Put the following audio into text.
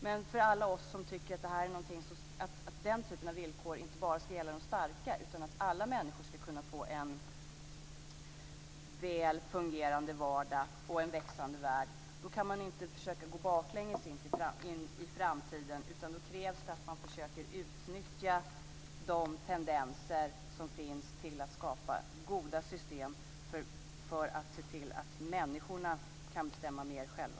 Men vi är många som tycker att denna typ av villkor inte bara ska gälla de starka utan att alla människor ska kunna få en väl fungerande vardag och en växande värld. Då kan man inte försöka gå baklänges in i framtiden, utan då krävs det att man försöker utnyttja de tendenser som finns till att skapa goda system för att se till att människorna kan bestämma mer själva.